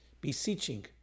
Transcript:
beseeching